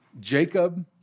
Jacob